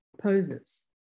poses